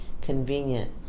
convenient